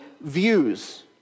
views